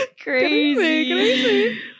crazy